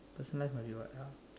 personal life must be what